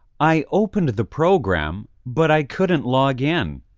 i opened the program, but i couldn't log in.